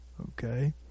Okay